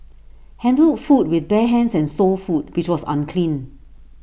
handled food with bare hands and sold food which was unclean